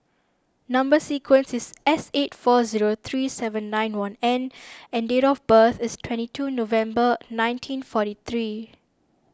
Number Sequence is S eight four zero three seven nine one N and date of birth is twenty two November nineteen forty three